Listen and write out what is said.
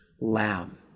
lamb